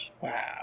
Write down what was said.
Wow